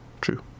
True